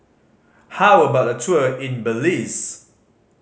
how about a tour in Belize